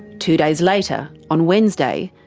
two days later, on wednesday,